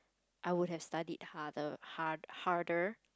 I would have studied harder harder~ harder